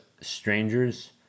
strangers